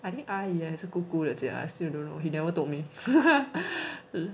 I think I went as a 姑姑 I still don't know he never told me